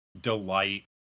delight